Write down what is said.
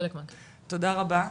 תודה רבה.